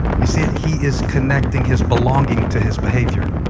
you see it? he is connecting his belonging to his behavior.